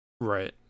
right